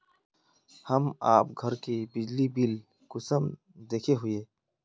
हम आप घर के बिजली बिल कुंसम देखे हुई?